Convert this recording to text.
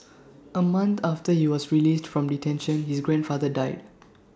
A month after he was released from detention his grandfather died